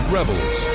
Rebels